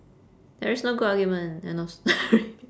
there is no good argument end of story